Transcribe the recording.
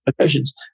locations